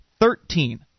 thirteen